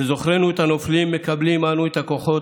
בזוכרנו את הנופלים מקבלים אנו את הכוחות